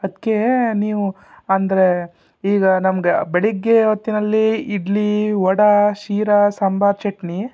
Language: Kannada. ಅದಕ್ಕೆ ನೀವು ಅಂದರೆ ಈಗ ನಮ್ಗೆ ಬೆಳಿಗ್ಗೆ ಹೊತ್ತಿನಲ್ಲಿ ಇಡ್ಲಿ ವಡ ಶಿರಾ ಸಾಂಬಾರು ಚಟ್ನಿ